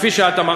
כפי שאת אמרת.